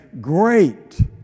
great